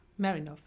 Marinov